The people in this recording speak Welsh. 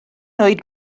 oed